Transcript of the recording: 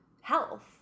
health